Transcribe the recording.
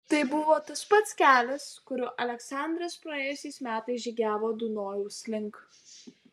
tai buvo tas pats kelias kuriuo aleksandras praėjusiais metais žygiavo dunojaus link